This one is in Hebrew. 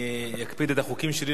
אני אקפיד את החוקים שלי,